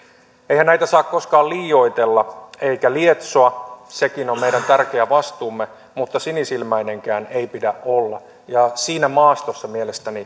eihän näitä saa koskaan liioitella eikä lietsoa sekin on meidän tärkeä vastuumme mutta sinisilmäinenkään ei pidä olla ja siinä maastossa mielestäni